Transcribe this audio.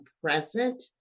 present